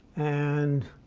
and